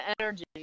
energy